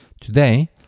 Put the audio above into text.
Today